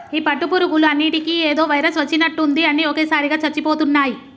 ఈ పట్టు పురుగులు అన్నిటికీ ఏదో వైరస్ వచ్చినట్టుంది అన్ని ఒకేసారిగా చచ్చిపోతున్నాయి